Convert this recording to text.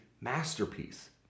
masterpiece